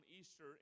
Easter